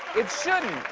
it shouldn't.